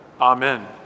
Amen